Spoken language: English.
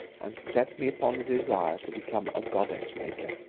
and set me upon a desire to become a goddess-maker.